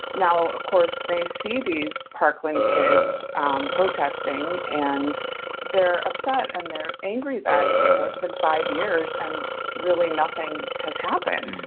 now, of course, they see these parkland kids um protesting, and they're upset and they're angry that, you know, it's been five years and really nothing has happened